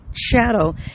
shadow